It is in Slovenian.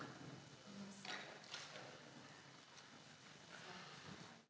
Hvala.